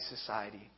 society